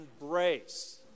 embrace